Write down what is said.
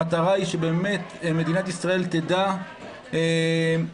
המטרה היא שבאמת מדינת ישראל תדע לקבל